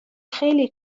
خیلی